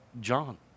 John